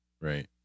Right